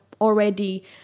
already